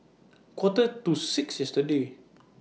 Quarter to six yesterday